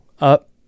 up